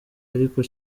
ariko